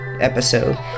episode